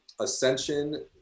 Ascension